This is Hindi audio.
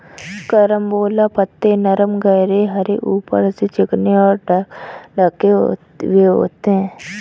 कैरम्बोला पत्ते नरम गहरे हरे ऊपर से चिकने और ढके हुए होते हैं